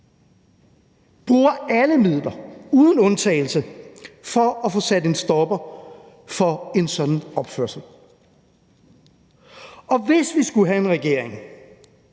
bruger alle midler på at få sat en stopper for en sådan opførsel. Og hvis vi skulle have en regering,